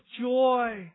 joy